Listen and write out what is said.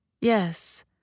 Yes